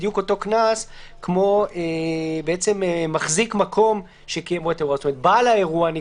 בדיוק אותו קנס כמו מחזיק מקום שקיים בו את האירוע.